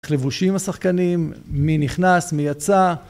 איך לבושים השחקנים, מי נכנס, מי יצא